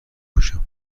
کشم